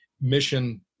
mission